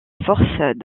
forces